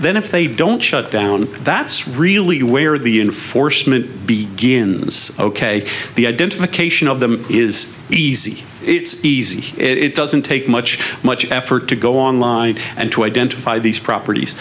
then if they don't shut down that's really where the enforcement begins ok the identification of them is easy it's easy it doesn't take much much effort to go online and to identify these properties